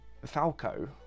Falco